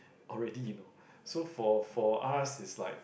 already you know so for for us is like